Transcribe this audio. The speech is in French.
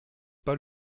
pas